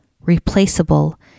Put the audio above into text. replaceable